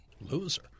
loser